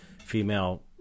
female